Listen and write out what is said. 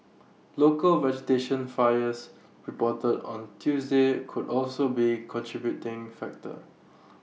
local vegetation fires reported on Tuesday could also be contributing factor